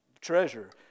treasure